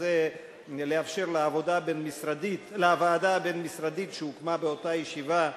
שזה לאפשר לוועדה הבין-משרדית שהוקמה באותה ישיבה,